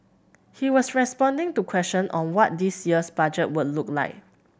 he was responding to questions on what this year's budget would look like